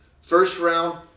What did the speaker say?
first-round